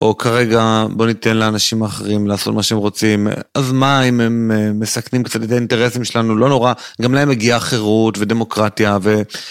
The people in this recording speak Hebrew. או כרגע בוא ניתן לאנשים אחרים לעשות מה שהם רוצים. אז מה אם הם מסכנים קצת את האינטרסים שלנו, לא נורא. גם להם הגיעה חירות ודמוקרטיה ו...